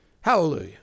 Hallelujah